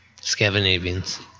Scandinavians